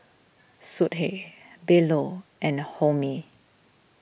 Sudhir Bellur and Homi